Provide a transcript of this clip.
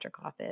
office